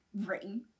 ring